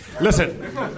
Listen